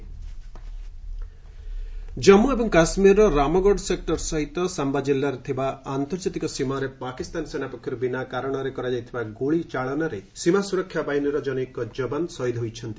J and K Jammu ଏବଂ କାଶ୍ୱୀରର Ramgarh sector ସହିତ ସାମ୍ଭା ଜିଲ୍ଲାରେ ଥିବା ଆନ୍ତର୍ଜାତିକ ସୀମାରେ ସପାକିସ୍ତାନ ସେନା ପକ୍ଷରୁ ବିନା କାରଣରେ କରାଯାଇଥିବା ଗୁଳି ଚାଳନାରେ ସୀମାସୁରକ୍ଷା ବାହିନୀର କନୈକ ଜବାନ୍ ଶହୀଦ ହୋଇଛନ୍ତି